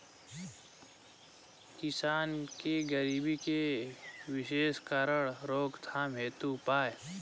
किसान के गरीबी के विशेष कारण रोकथाम हेतु उपाय?